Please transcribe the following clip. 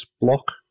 block